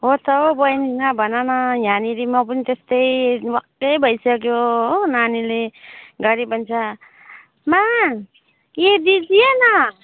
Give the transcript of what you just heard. हो त हौ बहिनी नभन न यहाँनिर म पनि त्यस्तै वाक्कै भइसक्यो हो नानीले घरी भन्छ माँ ये दिजिए ना